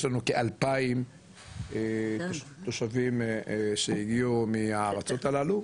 יש לנו כ-2,000 תושבים שהגיעו מהארצות הללו,